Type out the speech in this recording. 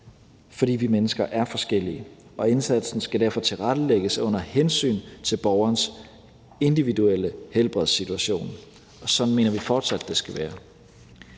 fordi vi mennesker er forskellige, og indsatsen skal derfor tilrettelægges under hensyn til borgerens individuelle helbredssituation, og sådan mener vi fortsat det skal være.